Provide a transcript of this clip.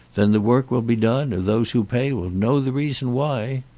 then the work will be done, or those who pay will know the reason why.